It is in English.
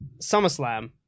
SummerSlam